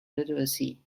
literacy